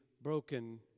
broken